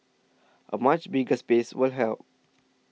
a much bigger space will help